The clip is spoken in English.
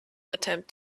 attempt